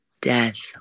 death